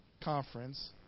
Conference